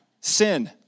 Sin